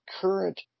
current